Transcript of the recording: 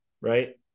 right